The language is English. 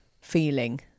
feeling